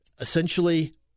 Essentially